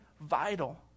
vital